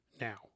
now